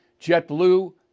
JetBlue